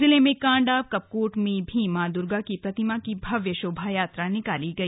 जिले में कांडा कपकोट में भी मां दुर्गा की प्रतिमा की भव्य शोभयात्रा निकाली गई